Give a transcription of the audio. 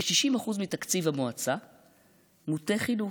כ-60% מתקציב המועצה מוטה חינוך,